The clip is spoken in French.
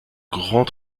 grands